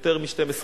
יותר מ-12 צפיות,